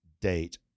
date